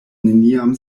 neniam